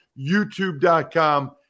YouTube.com